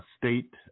State